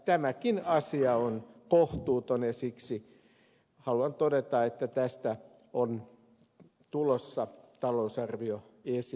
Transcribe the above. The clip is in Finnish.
tämäkin asia on kohtuuton ja siksi haluan todeta että tästä on tulossa talousarvioesitys